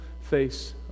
face